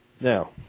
Now